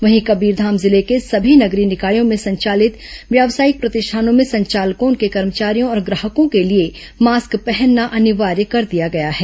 वहीं कबीरधाम जिले के सभी नगरीय निकायों में संचालित व्यवसायिक प्रतिष्ठानों में संचालकों उनके कर्मचारियों और ग्राहकों के लिए मास्क पहनना अनिवार्य कर दिया गया है